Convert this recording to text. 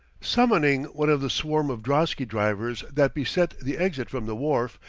summoning one of the swarm of drosky-drivers that beset the exit from the wharf,